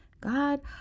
god